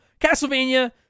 Castlevania